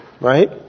Right